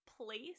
place